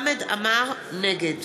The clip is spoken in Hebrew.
נגד